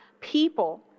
people